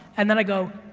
and then i'll go,